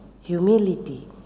humility